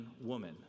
woman